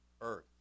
earth